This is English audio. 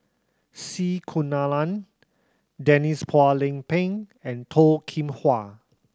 C Kunalan Denise Phua Lay Peng and Toh Kim Hwa